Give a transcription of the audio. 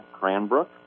Cranbrook